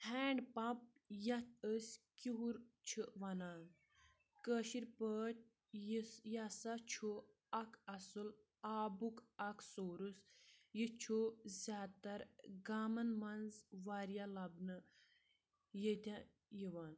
hand pump یَتھ أسۍ کِہُر چھُ وَنان کٲشِر پٲٹھۍ یُس یہِ ہسا چھُ اَکھ اَصل آبُک اَکھ سورُس یہِ چھُ زیادٕ تَر گامَن منٛز واریاہ لَبنہٕ ییٚتہِ یِوان